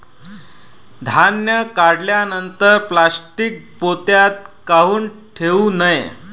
धान्य काढल्यानंतर प्लॅस्टीक पोत्यात काऊन ठेवू नये?